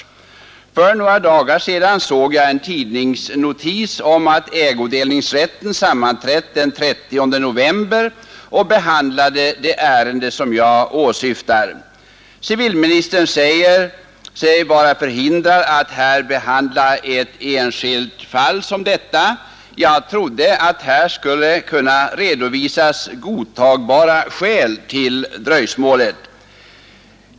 Jag såg dock för några dagar sedan en tidningsnotis där det meddelades att ägodelningsrätten vid sammanträde den 30 november behandlade det ärende som jag åsyftar. Civilministern säger sig vara förhindrad att här ta upp ett enskilt fall som detta. Jag trodde att här skulle kunna redovisas godtagbara skäl till dröjsmålet.